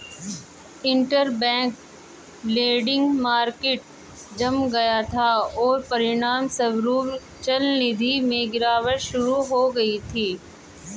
interbank lending market जम गया था, और परिणामस्वरूप चलनिधि में गिरावट शुरू हो गई थी